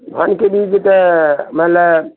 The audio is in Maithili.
धानके बीज तऽ मने